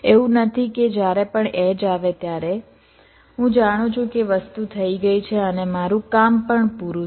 એવું નથી કે જ્યારે પણ એડ્જ આવે ત્યારે હું જાણું છું કે વસ્તુ થઈ ગઈ છે અને મારું કામ પણ પુરુ છે